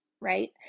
right